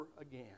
again